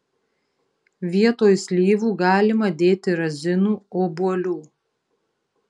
vietoj slyvų galima dėti razinų obuolių